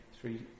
three